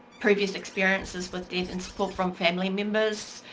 previous experiences with death and support from family members,